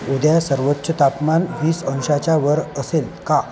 उद्या सर्वोच्च तापमान वीस अंशाच्या वर असेल का